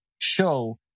Show